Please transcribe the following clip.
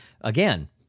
Again